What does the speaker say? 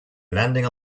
landing